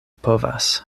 povas